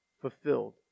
fulfilled